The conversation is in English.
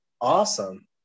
Awesome